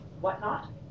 whatnot